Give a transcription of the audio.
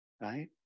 right